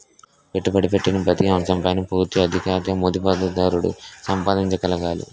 పెట్టుబడి పెట్టిన ప్రతి అంశం పైన పూర్తి ఆధిక్యత మదుపుదారుడు సంపాదించగలగాలి